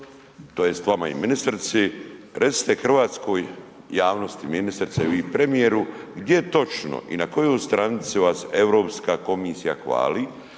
tj. vama i ministrici, recite hrvatskoj javnosti ministrice i vi premijeru gdje točno i na kojoj stranici vas Europska komisija hvali